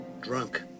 Drunk